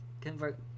Convert